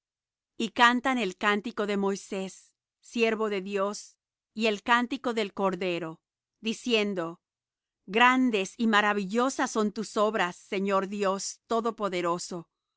y cantan el cántico de moisés siervo de dios y el cántico del cordero diciendo grandes y maravillosas son tus obras señor dios todopoderoso